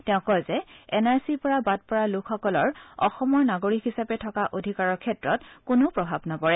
তেওঁ কয় যে এন আৰ চিৰ পৰা বাদ পৰা লোকসকলৰ অসমৰ নাগৰিক হিচাপে থকা অধিকাৰৰ ক্ষেত্ৰত কোনো প্ৰভাৱ নপৰে